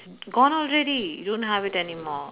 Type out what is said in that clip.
gone already don't have it anymore